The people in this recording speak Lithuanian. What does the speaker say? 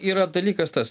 yra dalykas tas